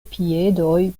piedoj